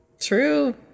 True